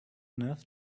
enough